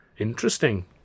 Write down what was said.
Interesting